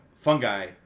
Fungi